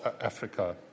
Africa